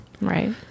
Right